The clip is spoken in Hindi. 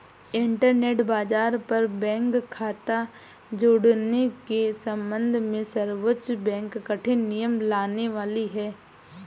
इंटरनेट बाज़ार पर बैंक खता जुड़ने के सम्बन्ध में सर्वोच्च बैंक कठिन नियम लाने वाली है